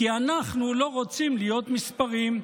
כי אנחנו לא רוצים להיות מספרים,